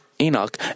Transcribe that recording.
Enoch